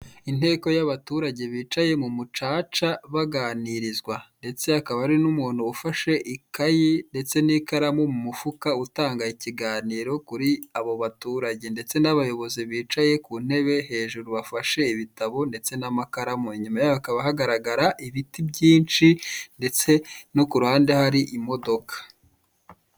Inteko y'abaturage bicaye mu mucaca baganirizwa, ndetse hakaba hari n'umuntu ufashe ikaye ndetse n'ikaramu mu mufuka utanga ikiganiro kuri abo baturage, ndetse n'abayobozi bicaye ku ntebe hejuru bafashe ibitabo ndetse n'amakaramu, inyuma yaho hakaba hagaragara ibiti byinshi, ndetse no kuruhande hari imodoka.